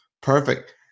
Perfect